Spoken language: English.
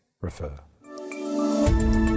Refer